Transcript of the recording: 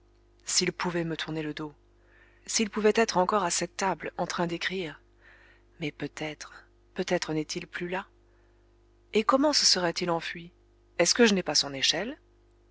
s'il pouvait me tourner le dos s'il pouvait être encore à cette table en train d'écrire mais peut-être peut-être n'est-il plus là et comment se serait-il enfui est-ce que je n'ai pas son échelle